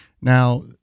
Now